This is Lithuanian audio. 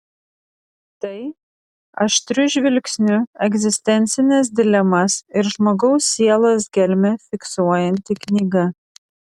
tai aštriu žvilgsniu egzistencines dilemas ir žmogaus sielos gelmę fiksuojanti knyga